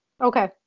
Okay